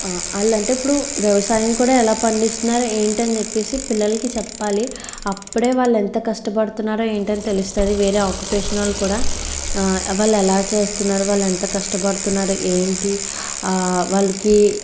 వాళ్ళంటే ఇప్పుడు వ్యవసాయం కూడా ఎలా పండిస్తున్నారు ఏంటి అని చెప్పేసి పిల్లలకి చెప్పాలి అప్పుడే వాళ్ళెంత కష్టపడుతున్నారో ఏంటని తెలుస్తుంది వేరే ఆక్యుపేషనల్ కూడా వాళ్ళు ఎలా చేస్తున్నారు వాళ్ళు ఎంత కష్టపడుతున్నారు ఏంటి వాళ్ళకి